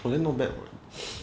ya